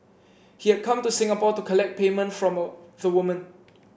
he had come to Singapore to collect payment from the woman